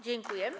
Dziękuję.